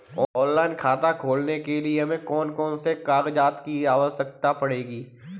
Online खाता खोलने के लिए हमें कौन कौन से कागजात की आवश्यकता पड़ेगी?